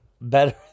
better